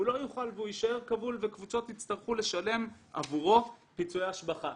יישאר כבול בקבוצות כי יצטרכו לשלם עבורו פיצויי השבחה.